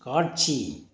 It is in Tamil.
காட்சி